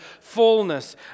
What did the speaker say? fullness